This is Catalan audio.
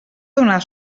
donar